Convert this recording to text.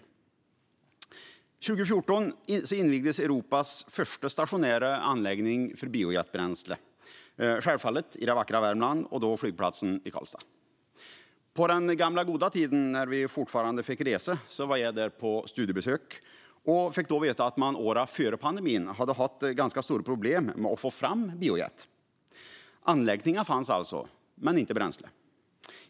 År 2014 invigdes Europas första stationära anläggning för biojetbränsle, självfallet i det vackra Värmland och då på flygplatsen i Karlstad. På den gamla goda tiden när vi fortfarande fick resa var jag där på studiebesök och fick då veta att man under åren före pandemin hade haft ganska stora problem med att få fram biojet. Anläggningen fanns alltså, men inte bränslet.